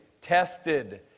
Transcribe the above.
tested